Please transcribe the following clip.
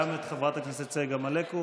גם את חברת הכנסת צגה מלקו.